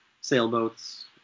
sailboats